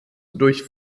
durch